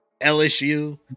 LSU